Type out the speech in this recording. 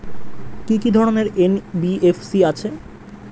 কি কি ধরনের এন.বি.এফ.সি আছে?